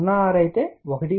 06" అయితే 1